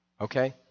Okay